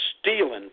stealing